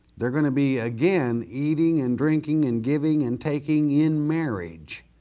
they're gonna be again eating and drinking and giving and taking in marriage.